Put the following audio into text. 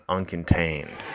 Uncontained